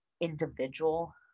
individual